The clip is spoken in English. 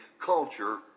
culture